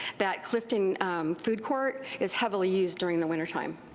that clifton food court is heavily used during the wintertime.